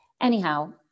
Anyhow